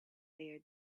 their